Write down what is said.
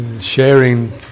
Sharing